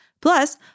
Plus